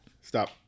Stop